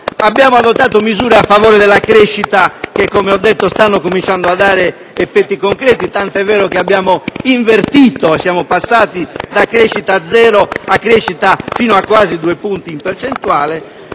abbiamo adottato misure a favore della crescita che, come ho detto, stanno cominciando a produrre effetti concreti, tant'è vero che abbiamo invertito la tendenza passando da una crescita pari zero a quasi due punti percentuali.